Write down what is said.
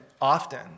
often